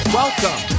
welcome